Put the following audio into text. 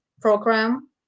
program